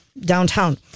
downtown